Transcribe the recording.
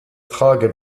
frage